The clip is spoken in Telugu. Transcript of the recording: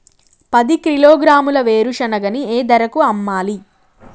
పది కిలోగ్రాముల వేరుశనగని ఏ ధరకు అమ్మాలి?